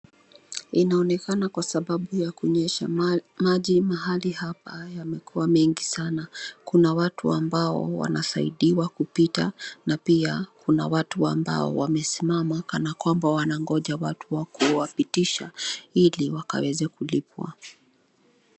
Inaonekana kwa sababu ya kunyesha maji mahali hapa yamekuwa mengi sana. Kuna watu ambao wanasaidiwa kupita na pia kuna watu ambao wamesimama kana kwamba wanangoja watu wa kuwpitisha ili wakaweze kulipwa.